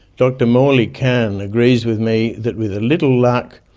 dr morley kan agrees with me that with a little luck,